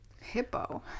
Hippo